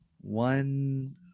one